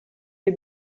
des